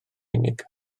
unig